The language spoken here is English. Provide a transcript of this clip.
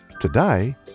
Today